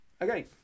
Okay